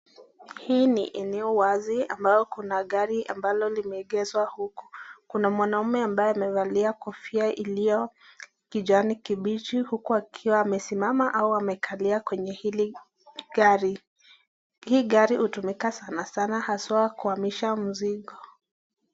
Hii ni eneo wazi ambao kuna gari ambalo limeegezwa huku. Kuna mwanaume ambaye amevalia kofia ilio kijani kibichi uku akiwa amesimama au amekalia kwenye hili gari. Hii gari hutumika sana sana haswa kuamisha mizigo.